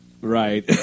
Right